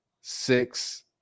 six